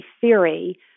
theory